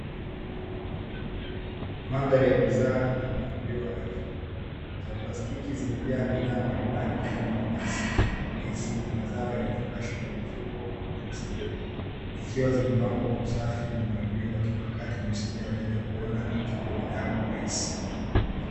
Madhari ya bidhaa na mpangilio rafu za plastiki zimejaa bidhaa mbalimbali kama manansi, ndizi na mazao yaliyofungashwa kwenye mfuko na masanduku ikiwa zimepangwa kwa usafi na mpangilio wa kimkakati na kusaidia wateja kuona na kuchagua bidhaa kwa urahisi.